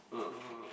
uh